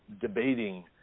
debating